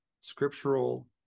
scriptural